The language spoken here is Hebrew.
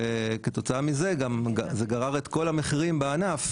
וכתוצאה מזה זה גרר את כל המחירים בענף,